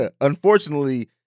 unfortunately